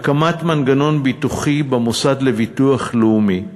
הקמת מנגנון ביטוחי במוסד לביטוח לאומי,